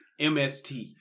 MST